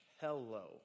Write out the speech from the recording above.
Hello